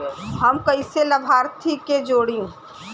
हम कइसे लाभार्थी के जोड़ी?